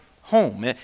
home